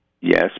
Yes